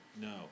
No